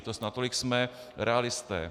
To snad natolik jsme realisté.